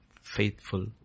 faithful